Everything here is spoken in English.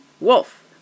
Wolf